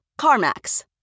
CarMax